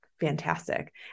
fantastic